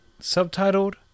subtitled